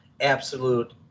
absolute